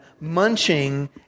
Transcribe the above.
munching